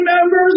members